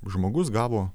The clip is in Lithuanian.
žmogus gavo